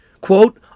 quote